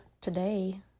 Today